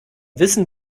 wissen